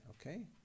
okay